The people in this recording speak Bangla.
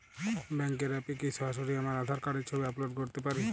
ব্যাংকের অ্যাপ এ কি সরাসরি আমার আঁধার কার্ড র ছবি আপলোড করতে পারি?